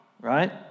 Right